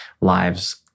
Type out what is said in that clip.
lives